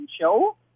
show